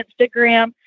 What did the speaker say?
Instagram